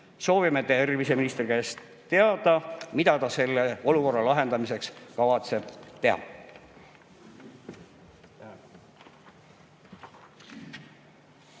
Soovime terviseministri käest teada, mida ta selle olukorra lahendamiseks kavatseb teha.